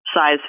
size